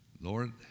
Lord